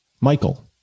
Michael